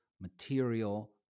material